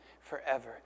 forever